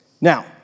Now